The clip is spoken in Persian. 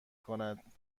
کند